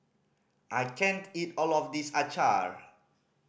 I can't eat all of this acar